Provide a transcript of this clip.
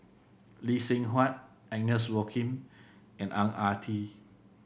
Lee Seng Huat Agnes Joaquim and Ang Ah Tee